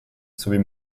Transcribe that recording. sowie